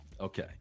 Okay